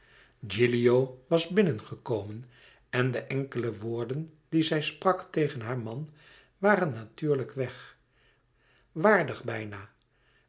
gilio was binnengekomen en de enkele woorden die zij sprak tegen haar man waren natuurlijk weg waardig bijna